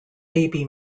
baby